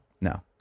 No